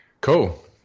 Cool